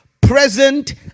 present